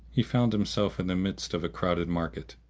he found himself in the midst of a crowded market,